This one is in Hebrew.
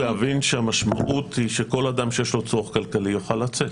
צריך להבין שהמשמעות היא שכל אדם שיש לו צורך כלכלי יוכל לצאת.